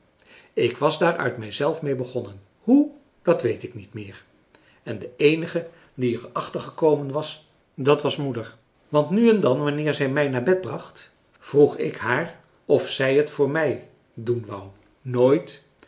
ik was daar uit mij zelf mee begonnen hoe dat weet ik niet meer en de eenige die er achtergekomen was dat was moeder want nu en dan wanneer zij mij naar bed bracht vroeg ik haar of zij het voor mij doen wou nooit